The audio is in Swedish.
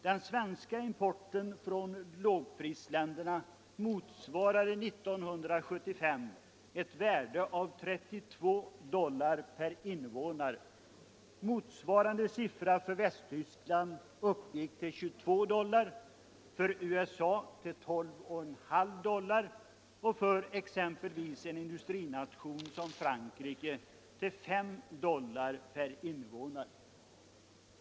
Den svenska importen från lågprisländerna representerade 1975 ett värde av 32 dollar per invånare. Motsvarande siffra för Västtyskland var 22 dollar, för USA 12,5 dollar och för en industrination som Frankrike 5 dollar per invånare.